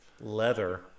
Leather